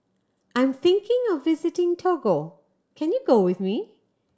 I'm thinking of visiting Togo can you go with me